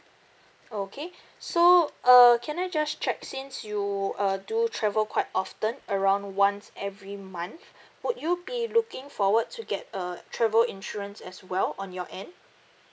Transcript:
okay so uh can I just check since you uh do travel quite often around once every month would you be looking forward to get err travel insurance as well on your end